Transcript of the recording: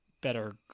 better